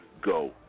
go